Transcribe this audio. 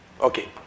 Okay